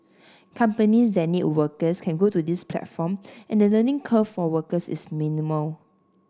companies that need workers can go to this platform and the learning curve for workers is minimal